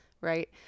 right